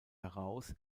heraus